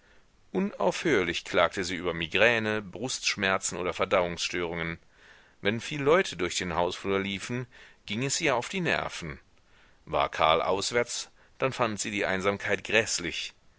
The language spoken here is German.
unaufhörlich klagte sie über migräne brustschmerzen oder verdauungsstörungen wenn viel leute durch den hausflur liefen ging es ihr auf die nerven war karl auswärts dann fand sie die einsamkeit gräßlich